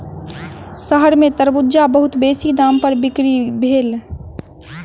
शहर में तरबूज बहुत बेसी दाम पर बिक्री भेल